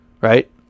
Right